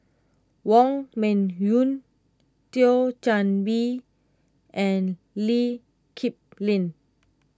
Wong Meng Voon Thio Chan Bee and Lee Kip Lin